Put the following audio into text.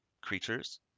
creatures